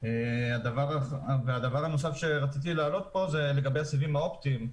הדבר הנוסף שרציתי להעלות כאן הוא לגבי סיבים אופטיים.